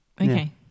Okay